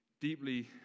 deeply